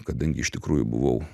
kadangi iš tikrųjų buvau